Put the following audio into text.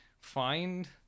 find